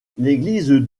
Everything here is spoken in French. l’église